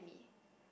me